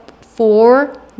four